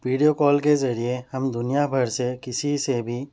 video call کے ذریعہ ہم دنیا بھر سے کسی سے بھی